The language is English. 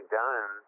done